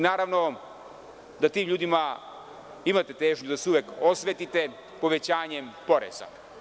Naravno, da tim ljudima imate težnju da se osvetite povećanjem poreza.